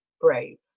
brave